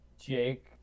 Jake